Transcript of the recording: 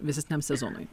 vėsesniam sezonui